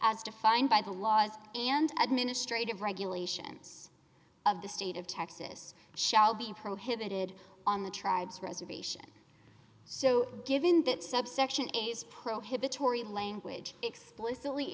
as defined by the laws and administrative regulations of the state of texas shall be prohibited on the tribes reservation so given that subsection a's prohibitory language explicitly